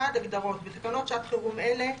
הגדרות 1. בתקנות שעת חירום אלה,